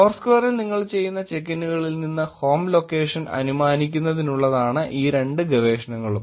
ഫോഴ്സ്ക്വയറിൽ നിങ്ങൾ ചെയ്യുന്ന ചെക്ക് ഇന്നുകളിൽ നിന്ന് ഹോം ലൊക്കേഷൻ അനുമാനിക്കുന്നതിനുള്ളതാണ് ഈ രണ്ട് ഗവേഷണങ്ങളും